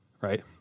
right